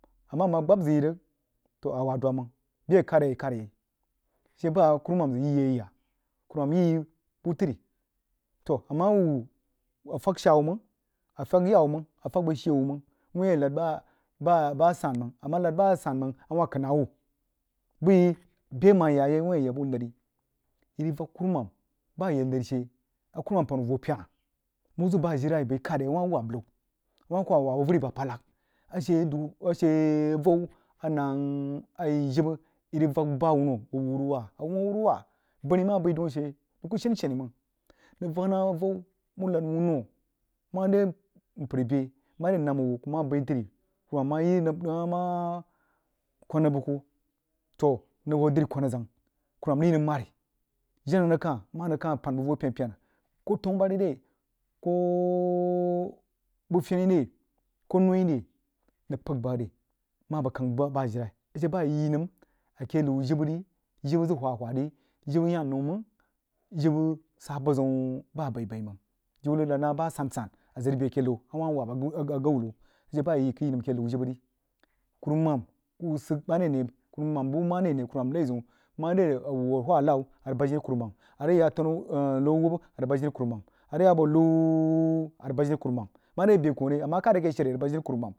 A mah amah gbab zəg yi rig a wah dwab mang bəa a kuh yaí yi khad yai a she bah kurumam zəg yi yi yeh kurumam yi yi buh tri toh a mah wuh afag shaa wah mang afag yawu mang afag bəg shee wuh mang whi a lahd bah, bah asarmang a mah lahf bah a san-mang rig kəih nah whh bəg yi bəg a mah ya yai whin a yag buh lari yi rig vak kum jah a yah ləri she a kuruman pan wuh vo pyena wuh zəg bah ajilai bəi kad re a wah wahb yi a wah kah wahb hoo averi abapadlag a she dri a she avou ah neng a yi jibə yi rig vak bah wuno bəg wunwah a wuh wuu awuruwal bani mah bəi daun a she kuh shan shani mang nang vak na avou wuh lahd wuno mare npər beh mare nammah wuh kub mah bəi re rei kurumam mah yi nəng kou nəng bəg kuh toh nəng uho dri kwan azong kurumam rig yi nəng msri jenah nəng kah mah anəg kah pan bəg voh pyen pyenah koh tanubal le koh buh feni re koh ni re nəng pəg bah ri a bəg kag ba ajilai a she bah a yi yi nəm a keh liu jibə ri jibə zəg uha uha ri jibə yahn nou nang jibə sah buh bah abai-bai mang jibə rig lahd nah bah asan-san nzəg rig bie akeh jiri awah wahb a gəu liu a she bah yi yi kəi yi nəm a keh liu jibə ri kurumam kuruman bəg mare ane mare a wuh a whad a labbah a rig bahd jini kurumam a rig yah a tanu liu awubba a rig bahd jini kurumam a rig yah bah liu a rig bahd jini kurumam mare bəa kwoh ri a mah kahd re neh a rig bahd jii kurumam